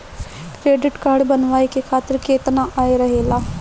Credit card बनवाए के खातिर केतना आय रहेला?